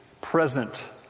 present